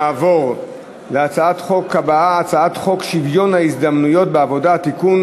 נעבור להצעת החוק הבאה: הצעת חוק שוויון ההזדמנויות בעבודה (תיקון,